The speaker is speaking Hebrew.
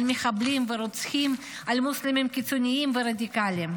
למחבלים ורוצחים, למוסלמים קיצוניים ורדיקליים.